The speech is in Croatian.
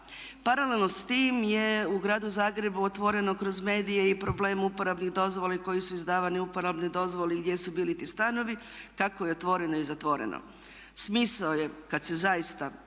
Paralelno s time je u gradu Zagrebu otvoreno kroz medije i problem uporabnih dozvola i koje su izdavane uporabne dozvole i gdje su bili ti stanovi, kako je otvoreno i zatvoreno. Smisao je kad se zaista